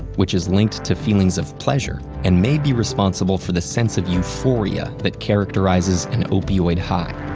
which is linked to feelings of pleasure and may be responsible for the sense of euphoria that characterizes an opioid high.